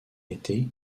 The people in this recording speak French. été